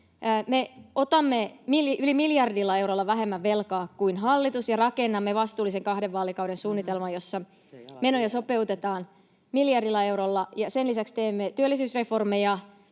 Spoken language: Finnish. otamme yli miljardilla eurolla vähemmän velkaa kuin hallitus ja rakennamme vastuullisen kahden vaalikauden suunnitelman, jossa menoja sopeutetaan miljardilla eurolla, ja sen lisäksi teemme työllisyysreformeja,